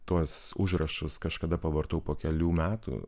tuos užrašus kažkada pavartau po kelių metų